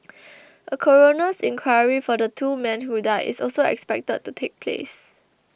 a coroner's inquiry for the two men who died is also expected to take place